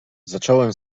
zacząłem